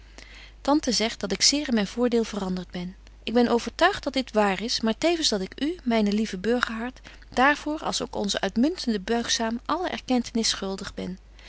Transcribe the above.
tante zegt dat ik zeer in myn voordeel verandert ben ik ben overtuigt dat dit wààr is maar tevens dat ik u myne lieve burgerhart daar voor als ook onze uitmuntende buigzaam alle erkentenis schuldig ben